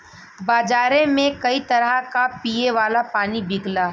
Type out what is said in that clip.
बजारे में कई तरह क पिए वाला पानी बिकला